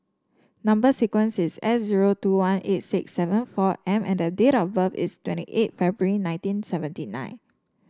number sequence is S zero two one eight six seven four M and date of birth is twenty eight February nineteen seventy nine